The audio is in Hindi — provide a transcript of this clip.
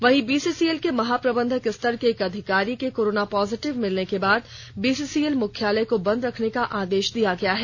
वहीं बीसीसीएल के महाप्रबंधक स्तर के एक अधिकारी के कोरोना पोजिटिव मिलने के बाद बीसीसीएल मुख्यालय को बंद रखने का आदेश दिया गया है